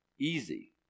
easy